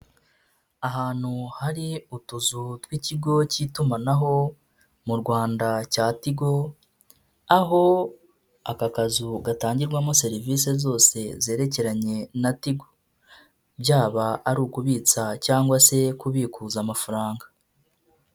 Ahantu hari utuzu tw'ikigo cy'itumanaho mu Rwanda cya tigo, aho aka kazu gatangirwamo serivisi zose zerekeranye na Tigo, byaba ari ukubitsa cyangwa se kubikuza amafaranga.